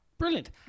Brilliant